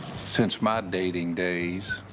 since my dating days,